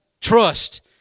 trust